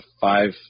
five